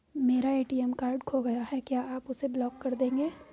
मेरा ATM card खो गया है क्या आप उसे ब्लॉक कर देंगे?